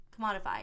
commodified